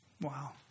Wow